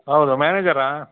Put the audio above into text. ಹೌದು ಮ್ಯಾನೇಜರಾ